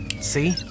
See